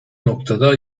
noktada